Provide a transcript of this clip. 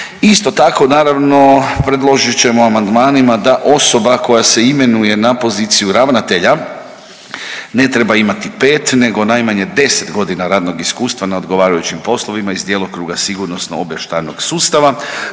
Isto tako naravno predložit ćemo amandmanima da osoba koja se imenuje na poziciju ravnatelja ne treba imati 5 nego najmanje 10 godina radnog iskustva na odgovarajućim poslovima iz djelokruga sigurnosno obavještajnog sustava